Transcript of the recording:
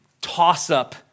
toss-up